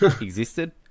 existed